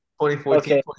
2014